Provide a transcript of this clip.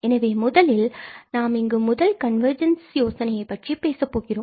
எனவே முதலில் நாம் இங்கு முதல் கன்வர்ஜென்ஸ் யோசனையை பற்றி பேசப்போகிறோம்